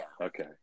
Okay